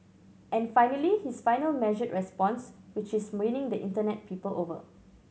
and finally his final measured response which is winning the Internet people over